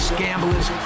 gamblers